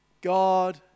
God